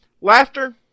laughter